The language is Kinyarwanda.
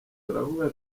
turavuga